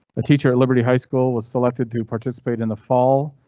a teacher at liberty high school was selected to participate in the fall.